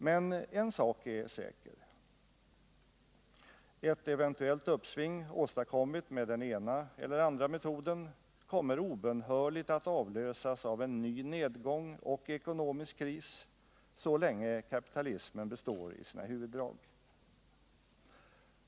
Men en sak är säker: Ett eventuellt uppsving åstadkommet med den ena eller andra metoden kommer obönhörligen att avlösas av en ny nedgång och ekonomisk kris, så länge kapitalismen består i sina huvuddrag.